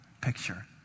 picture